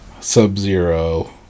Sub-Zero